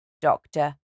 doctor